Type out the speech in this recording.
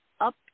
up